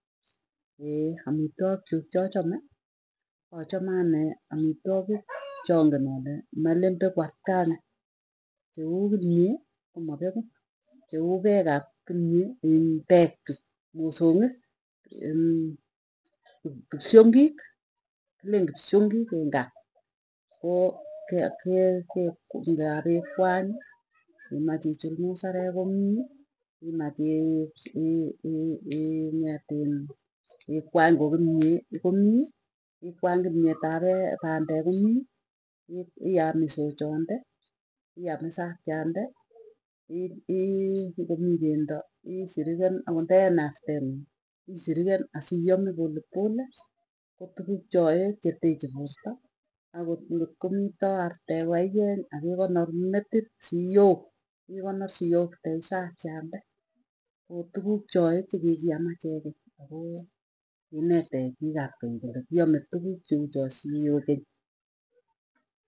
amitwok chuk chachame achame anee amitwogik changen ale melen peku akane. Cheu kimyee komapeku, cheu peekap kimyee iin peek chu mosongik, iin kipsyongik kilen kipsyongik eng gaa ko ngapikwany ngimach ichul musarek komii, imaach ii ing'etin ikwany ko kimyee komii ikwany kimyet ap pee kande komii. Iam isochande iam isakchande, ngomii pendo isiriken akot nde nadten isiriken asiame polepole kotuguk chae cheteche porta akot ngotkomita artee kokaieny akikonor metit siyok. Ikonor siyok eng sakiande ko tuguk choe chigikiam achek keny akoo kenetech piik ap keny kole kiame tukuk cheuchoe siwe keny.